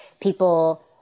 people